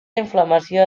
inflamació